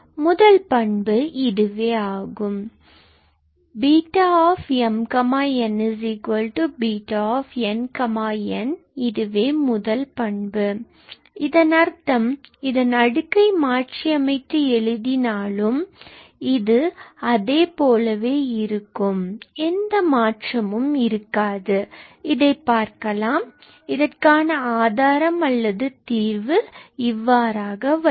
முதல் பண்பு இதுவே BmnBnm முதல் பண்பு ஆகும் இதன் அர்த்தம் இதன் அடுக்கை மாற்றியமைத்து எழுதினாலும் இது அதே போலவே இருக்கும் எந்த மாற்றமும் இருக்காது இதை பார்க்கலாம் இதற்கான ஆதாரம் அல்லது தீர்வு இவ்வாறாக வரும்